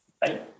Bye